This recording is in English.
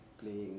playing